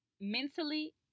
mentally